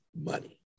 money